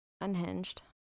unhinged